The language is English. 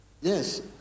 yes